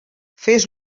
fes